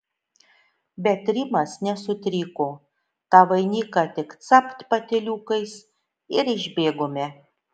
bet rimas nesutriko tą vainiką tik capt patyliukais ir išbėgome